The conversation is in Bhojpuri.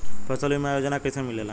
फसल बीमा योजना कैसे मिलेला?